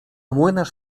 młynarz